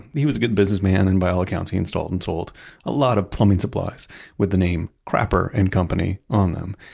he was a good businessman and, by all accounts, he installed and sold a lot of plumbing supplies with the name crapper and co. on them.